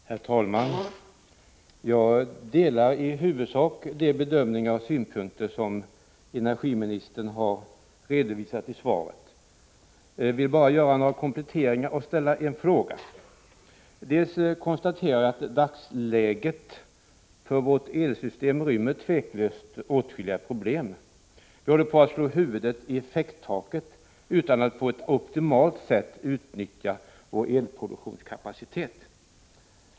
Herr talman! Jag delar i huvudsak de bedömningar och synpunkter som energiministern har redovisat i svaret. Jag vill bara göra några kompletteringar och ställa en fråga. Jag konstaterar att vårt elsystem i dagens läge otvivelaktigt inrymmer åtskilliga problem. Vi håller på att slå huvudet i effekttaket utan att på ett optimalt sätt utnyttja vår elproduktionskapacitet.